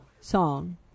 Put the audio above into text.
song